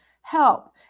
help